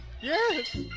yes